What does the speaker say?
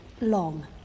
long